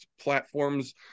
platforms